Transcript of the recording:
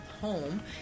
home